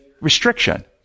restriction